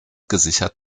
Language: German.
gesichert